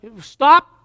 stop